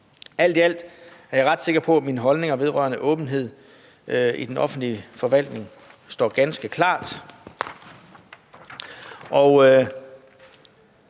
Alt i alt er jeg ret sikker på, at mine holdninger vedrørende åbenhed i den offentlige forvaltning står ganske klart,